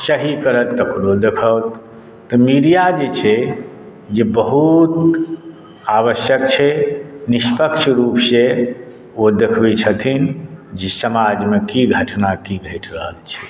सही करत तकरो देखाओत तऽ मीडिया जे छै जे बहुत आवश्यक छै निष्पक्ष रूपसँ ओ देखबैत छथिन जे समाजमे की घटना की घटि रहल छै